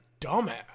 dumbass